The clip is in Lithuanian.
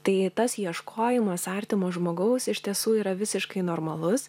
tai tas ieškojimas artimo žmogaus iš tiesų yra visiškai normalus